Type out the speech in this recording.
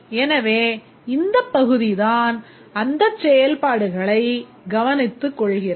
எனவே இந்தப் பகுதிதான் அந்தச் செயல்பாடுகளை கவனித்துக் கொள்கிறது